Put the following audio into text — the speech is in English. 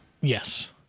Yes